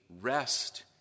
rest